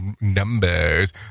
numbers